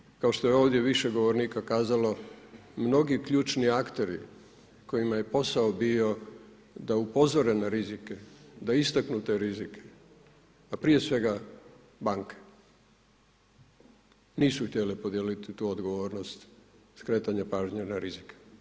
Međutim, kao što je ovdje više govornika kazalo, mnogi ključni akteri kojima je posao bio da upozore na rizike, da istaknu te rizike a prije svega banke, nisu htjele podijeliti tu odgovornost skretanja pažnje na rizike.